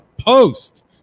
post